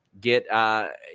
get